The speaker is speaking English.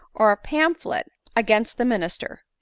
or a pamphlet against the minis ter?